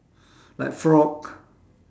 like frog